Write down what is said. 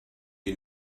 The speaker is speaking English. you